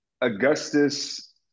augustus